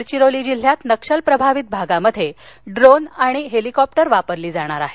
गडचिरोली जिल्ह्यात नक्षलप्रभावित भागात डोन आणि हेलिकॉप्टर वापरली जाणार आहेत